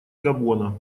габона